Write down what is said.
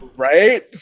right